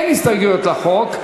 אין הסתייגויות לחוק.